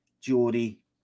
Geordie